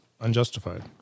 unjustified